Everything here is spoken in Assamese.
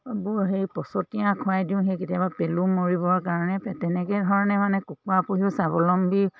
বোৰ সেই পচঁতীয়া খুৱাই দিওঁ সেই কেতিয়াবা পেলু মৰিবৰ কাৰণে তেনেকে ধৰণে মানে কুকুৰা পুহিও স্বাৱলম্বী